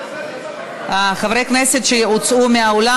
חברי הכנסת שהוצאו מהאולם,